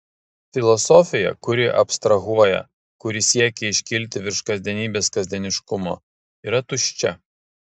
filosofija kuri abstrahuoja kuri siekia iškilti virš kasdienybės kasdieniškumo yra tuščia